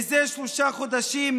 מזה שלושה חודשים,